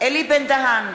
אלי בן-דהן,